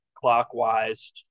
clockwise